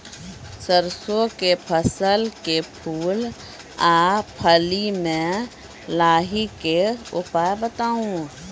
सरसों के फसल के फूल आ फली मे लाहीक के उपाय बताऊ?